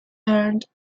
earned